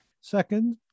Second